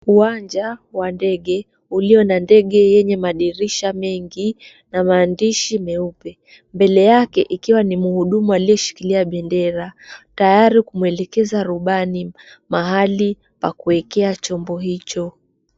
Uwanja wa ndege ulio na ndege yenye madirisha mengi na maandishi meupe. Mbele yake ikiwa ni mhudumu aliyeshikiliwa bendera tayari kumuelekeza rubani mahali pa kuwekea chombo hicho.